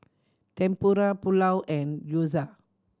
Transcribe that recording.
Tempura Pulao and Gyoza